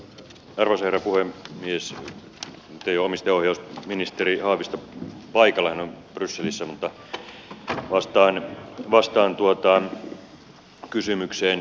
nyt ei omistajaohjausministeri haavisto ole paikalla hän on brysselissä mutta vastaan kysymykseen